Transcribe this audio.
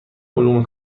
علوم